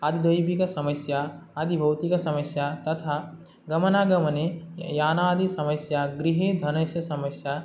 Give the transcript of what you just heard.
आदिदैविकसमस्या आदिभौतिकसमस्या तथा गमनागमने यानादि समस्या गृहे धनस्य समस्या